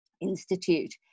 Institute